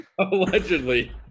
allegedly